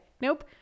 Nope